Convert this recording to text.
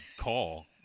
call